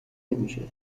نمیشه